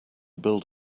build